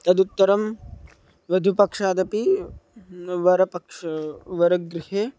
तदुत्तरं वधूपक्षादपि वरपक्षे वरगृहे